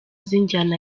z’injyana